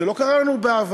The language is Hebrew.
זה לא קרה לנו בעבר,